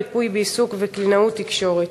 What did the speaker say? ריפוי בעיסוק וקלינאות תקשורת.